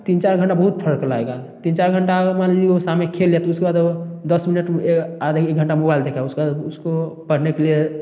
तीन चार घंटा बहुत फर्क लाएगा तीन चार घंटा मान लीजिए वो शाम में खेल लेता है तो उसके बाद वो दस मिनट आधा एक घंटा मोबाइल देखा उसके बाद उसको पढ़ने के लिए